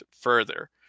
further